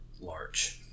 Large